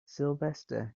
sylvester